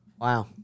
Wow